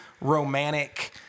romantic